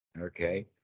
Okay